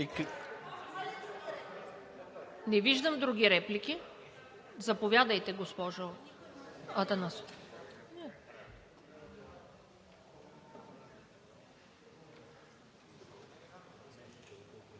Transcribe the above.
Не виждам други реплики. Заповядайте, госпожо Атанасова.